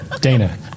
Dana